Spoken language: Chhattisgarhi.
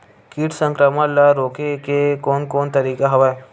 कीट संक्रमण ल रोके के कोन कोन तरीका हवय?